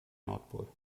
nordpol